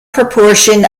proportion